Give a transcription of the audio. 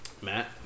Matt